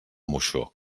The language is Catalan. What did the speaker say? moixó